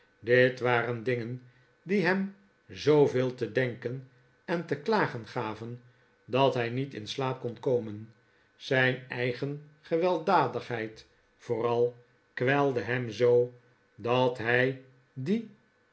dit waren dingen die hem zooveel te denken en te klagen gaven dat hij niet in slaap kon komen zijn eigen gewelddadigheid vooral kwelde hem zoo dat hij die